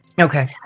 Okay